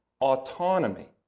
autonomy